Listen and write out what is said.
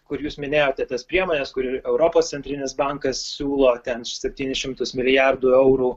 kur jūs minėjote tas priemones kuri europos centrinis bankas siūlo ten septynis šimtus milijardų eurų